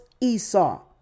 Esau